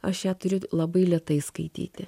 aš ją turiu labai lėtai skaityti